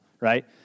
right